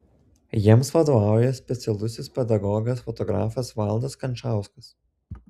jiems vadovauja specialusis pedagogas fotografas valdas kančauskas